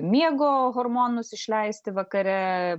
miego hormonus išleisti vakare